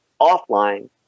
offline